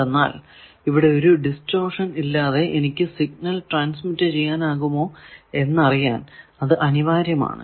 എന്തെന്നാൽ ഇവിടെ ഒരു ഡിസ്റ്റോർഷൻ ഇല്ലാതെ എനിക്ക് സിഗ്നൽ ട്രാൻസ്മിറ്റ് ചെയ്യാനാകുമോ എന്നറിയാൻ അത് അനിവാര്യമാണ്